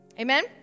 Amen